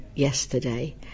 yesterday